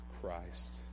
Christ